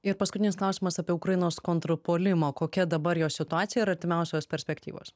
ir paskutinis klausimas apie ukrainos kontrpuolimą kokia dabar jos situacija ir artimiausios perspektyvos